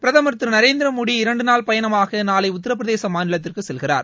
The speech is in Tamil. பிரதமர் திரு நரேந்திர மோடி இரண்டு நாள் பயணமாக நாளை உத்தரப்பிரதேச மாநிலத்திற்கு செல்கிறார்